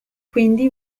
quindi